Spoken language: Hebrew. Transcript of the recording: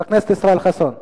חבר הכנסת ישראל חסון.